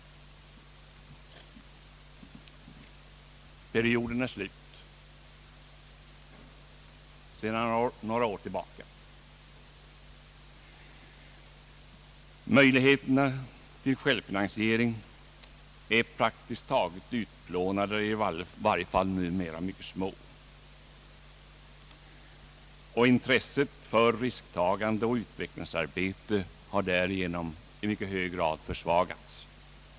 Perioden är slut sedan några år tillbaka. Möjligheterna till självfinansie ring är praktiskt taget utplånade. De är i varje fall numera mycket små. Intresset för risktagande och utvecklingsarbete har därigenom försvagats i mycket hög grad.